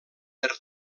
per